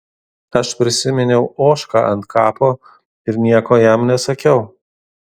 aš prisiminiau ožką ant kapo ir nieko jam nesakiau